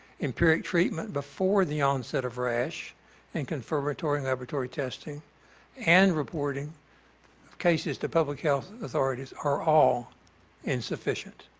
empiric treatment before the onset of rash and confirmatory laboratory testing and reporting cases to public health authorities are all insufficient.